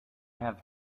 have